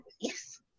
yes